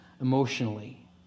emotionally